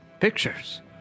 pictures